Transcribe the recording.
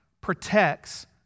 protects